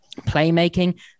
playmaking